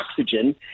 oxygen